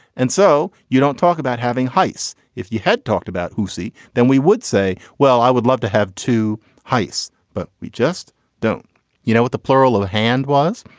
and so you don't talk about having heiss if you had talked about lucy then we would say well i would love to have to heiss but we just don't know what the plural of hand was.